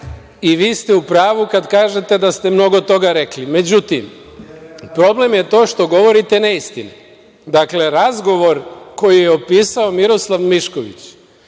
i vi ste u pravu kada kažete da ste mnogo toga rekli.Međutim, problem je to što govorite neistine. Dakle, razgovor koji je opisao Miroslav Mišković